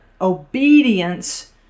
obedience